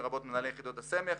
לרבות מנהלי יחידות הסמך".